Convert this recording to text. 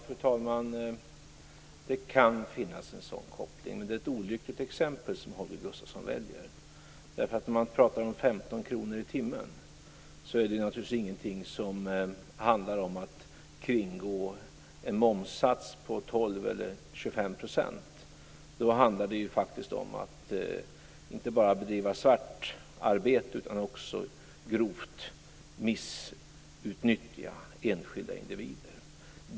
Fru talman! Det kan finnas en sådan koppling, men det är ett olyckligt exempel som Holger Gustafsson väljer. Om man pratar om 15 kr i timmen handlar det naturligtvis inte om att kringgå en momssats på 12 % eller 25 %. Då handlar det faktiskt om att inte bara bedriva svartarbete utan också grovt missutnyttja enskilda individer.